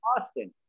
Austin